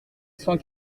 cent